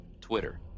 Twitter